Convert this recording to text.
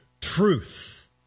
truth